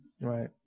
Right